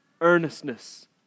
Earnestness